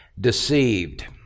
deceived